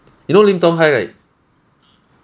you know lim tong hai right